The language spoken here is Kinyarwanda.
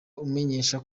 amenyesha